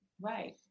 Right